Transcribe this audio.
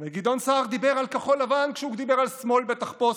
גדעון סער דיבר על כחול לבן כשהוא דיבר על שמאל בתחפושת,